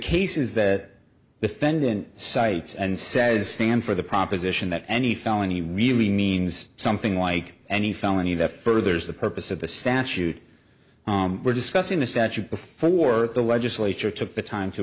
case is that the fed in cites and says stand for the proposition that any felony really means something like any felony that furthers the purpose of the statute we're discussing the statute before the legislature took the time to